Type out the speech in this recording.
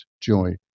joy